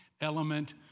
element